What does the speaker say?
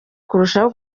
kurushaho